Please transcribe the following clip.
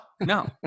no